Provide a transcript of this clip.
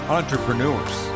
entrepreneurs